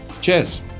Cheers